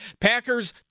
Packers